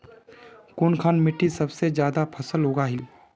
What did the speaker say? कुनखान मिट्टी सबसे ज्यादा फसल उगहिल?